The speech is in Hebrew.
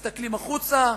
מסתכלים החוצה,